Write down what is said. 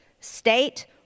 state